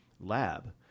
lab